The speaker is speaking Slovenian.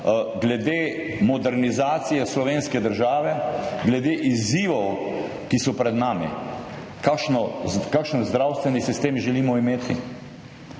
glede modernizacije slovenske države, glede izzivov, ki so pred nami, kakšen zdravstveni sistem želimo imeti,